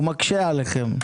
הוא מקשה עליכם.